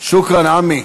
האל יצליח את דרכך,